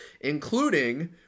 including